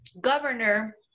governor